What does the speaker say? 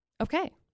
Okay